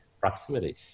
proximity